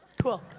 cool.